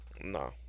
no